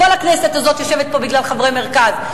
כל הכנסת הזאת יושבת פה בגלל חברי מרכז.